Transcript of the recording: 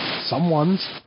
Someone's